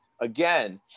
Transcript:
again